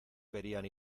querían